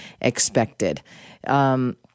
expected